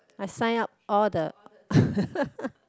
I sign up all the